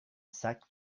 sac